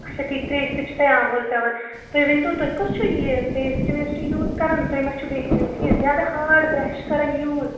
اَچھا ٹھیٖک ترٛیشہِ سۭتۍ چھُو تۄہہِ آمہٕ ہوٚل پٮ۪وان تُہۍ ؤنۍتو تُہۍ کُس چھُو یہِ پیسٹہٕ ویسٹہٕ یوٗز کَران تُہۍ ما چھُو بیٚیہِ یہِ زیادٕ ہارڈ برٛیش کَران یوٗز